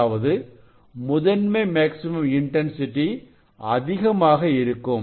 அதாவது முதன்மை maximum intensity அதிகமாக இருக்கும்